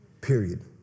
Period